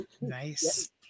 nice